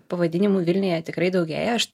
pavadinimų vilniuje tikrai daugėja aš